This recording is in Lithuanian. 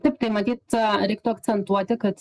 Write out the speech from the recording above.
taip tai matyt reiktų akcentuoti kad